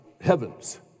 heavens